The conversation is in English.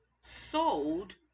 sold